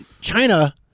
China